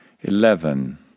eleven